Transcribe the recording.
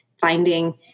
Finding